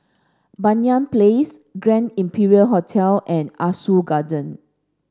Banyan Place Grand Imperial Hotel and Ah Soo Garden